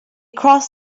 crossed